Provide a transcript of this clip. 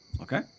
okay